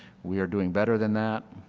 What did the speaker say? we are doing better than that,